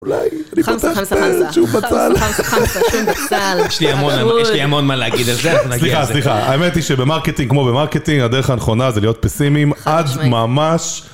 שימי לוי מה נשמע